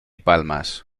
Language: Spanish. palmas